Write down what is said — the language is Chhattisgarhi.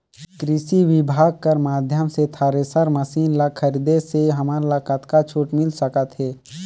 कृषि विभाग कर माध्यम से थरेसर मशीन ला खरीदे से हमन ला कतका छूट मिल सकत हे?